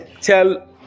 tell